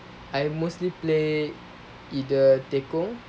I mostly play either tekong